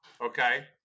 Okay